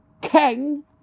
King